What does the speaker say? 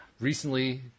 recently